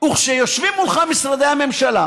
וכשיושבים מולך משרדי הממשלה